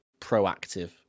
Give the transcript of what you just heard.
proactive